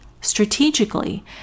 strategically